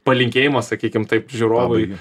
palinkėjimą sakykim taip žiūrovui